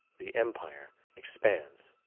the empire expands.